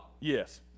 Yes